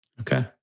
Okay